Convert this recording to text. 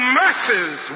mercies